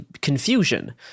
confusion